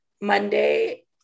Monday